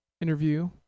interview